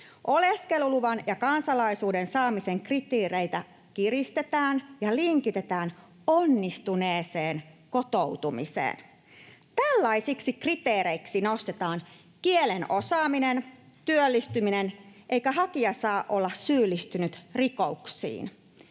Oleskeluluvan ja kansalaisuuden saamisen kriteereitä kiristetään ja linkitetään onnistuneeseen kotoutumiseen. Tällaisiksi kriteereiksi nostetaan kielen osaaminen, työllistyminen, eikä hakija saa olla syyllistynyt rikoksiin.